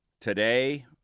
today